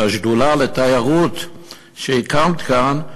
בשדולה לתיירות שהקמת כאן,